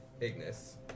Ignis